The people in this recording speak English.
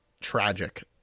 tragic